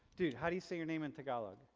dude, how do you say your name in tagalog?